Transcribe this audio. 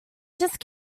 just